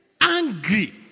Angry